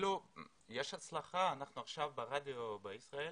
יש הצלחה ואנחנו עכשיו מושמעים ברדיו ישראל